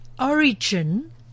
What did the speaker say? origin